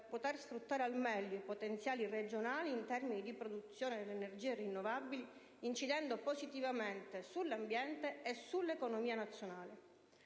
poter sfruttare al meglio i potenziali regionali in termini di produzione delle energie rinnovabili, incidendo positivamente sull'ambiente e sull'economia nazionale.